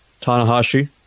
Tanahashi